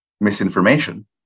misinformation